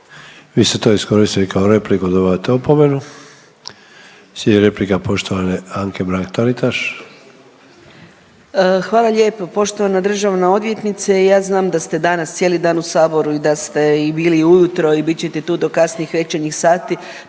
Vi ste to iskoristili kao repliku dobivate opomenu. Slijedi replika poštovane Anke Mrak Taritaš. **Mrak-Taritaš, Anka (GLAS)** Hvala lijepo. Poštovana državna odvjetnice, ja znam da ste danas cijeli dan u Saboru i da ste bili i ujutro i bit ćete tu do kasnih večernjih sati,